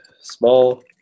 small